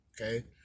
okay